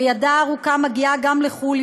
וידה הארוכה מגיעה גם לחו"ל,